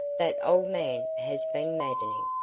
that old man has been maddening.